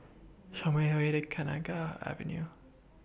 Show Me The Way to Kenanga Avenue